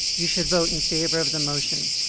you should vote in favor of the motion,